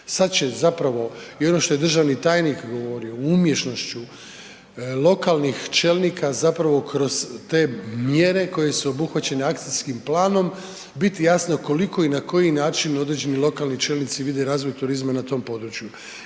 Sad će zapravo i ono što je državni tajnik govorio o umješnošću lokalnih čelnika zapravo kroz te mjere koje su obuhvaćene akcijskim planom biti jasne u koliko i na koji način određeni lokalni čelnici vide razvoj turizma na tom području.